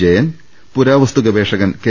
ജയൻ പുരാവസ്തു ഗവേഷകൻ കെ